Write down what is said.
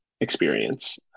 experience